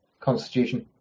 Constitution